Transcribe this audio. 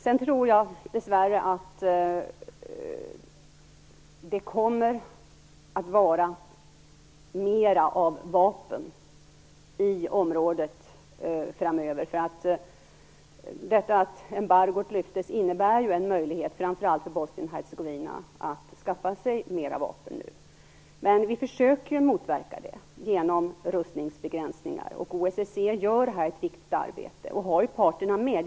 Jag tror dessvärre att det kommer att vara mera vapen i området framöver. Detta att embargot lyftes innebär ju en möjlighet framför allt för Bosnien Hercegovina att skaffa sig mera vapen nu. Men vi försöker motverka det genom rustningsbegränsningar, och OSSE gör här ett viktigt arbete och har parterna med sig.